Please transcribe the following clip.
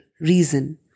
reason